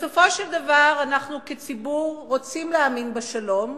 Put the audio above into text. בסופו של דבר, אנחנו, כציבור, רוצים להאמין בשלום,